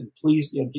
please